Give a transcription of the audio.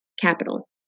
capital